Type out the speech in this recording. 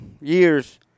years